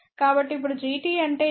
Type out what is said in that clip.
కాబట్టిఇప్పుడు Gt అంటే ఏమిటి